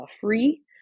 free